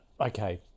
Okay